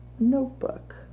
notebook